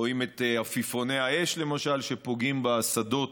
רואים את עפיפוני האש, למשל, שפוגעים בשדות